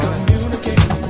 Communicate